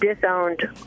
disowned